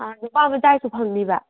ꯑꯥ ꯅꯨꯄꯥꯃꯆꯥꯒꯤꯁꯨ ꯐꯪꯅꯤꯕ